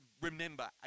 Remember